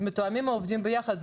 מתואמים או עובדים ביחד?